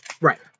Right